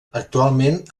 actualment